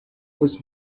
was